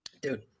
dude